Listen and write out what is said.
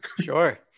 Sure